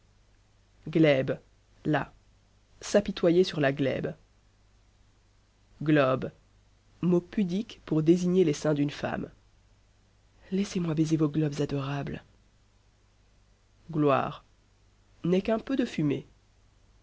glèbe la s'apitoyer sur la glèbe globe mot pudique pour désigner les seins d'une femme laissezmoi baiser vos globes adorables gloire n'est qu'un peu de fumée